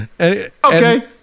Okay